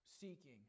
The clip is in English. seeking